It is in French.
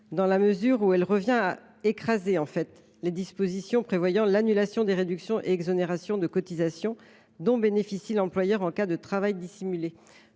adoption aurait pour effet d’écraser les dispositions prévoyant l’annulation des réductions et exonérations de cotisations dont bénéficie l’employeur en cas de travail dissimulé.